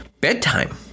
bedtime